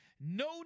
No